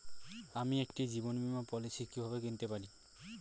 আমি একটি জীবন বীমা পলিসি কিভাবে কিনতে পারি?